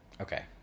Okay